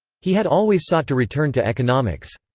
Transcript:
he had always sought to return to economics.